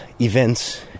events